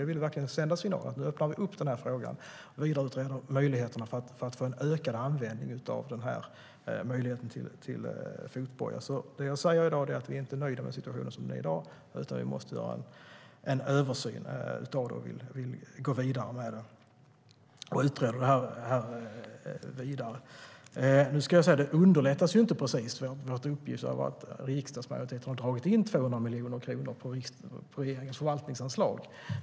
Jag vill verkligen sända signalen att nu öppnar vi upp den här frågan och vidareutreder möjligheterna att få en ökad användning av fotboja. Det jag säger i dag är alltså att vi inte är nöjda med situationen som den är, utan vi måste göra en översyn av hur vi går vidare och utreder detta. Jag ska dock säga att vår uppgift inte underlättas av att riksdagsmajoriteten har dragit in 200 miljoner kronor på regeringens förvaltningsanslag.